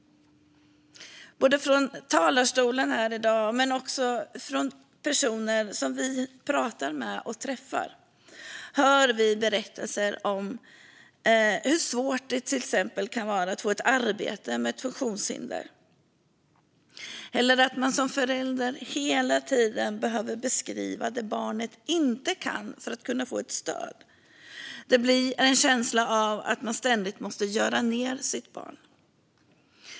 Både från talarstolen här i dag och från personer som vi pratar med och träffar hör vi berättelser om hur svårt det till exempel kan vara att få ett arbete om man har ett funktionshinder eller att man som förälder hela tiden behöver beskriva det som barnet inte kan för att kunna få ett stöd. Det blir en känsla av att man ständigt måste göra ned sitt barn.